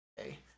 Okay